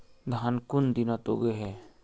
धान कुन दिनोत उगैहे